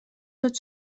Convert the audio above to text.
tot